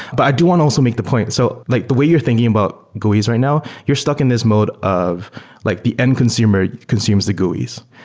but i do want also make the point so like the way you're thinking about guis right now, you're stuck in this mode of like the end consumer consumes the guis,